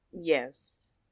Yes